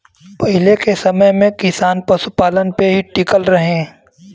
पहिले के समय में किसान पशुपालन पे ही टिकल रहे